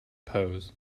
pose